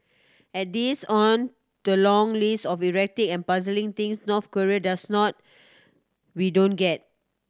add this on the long list of erratic and puzzling things North Korea does not we don't get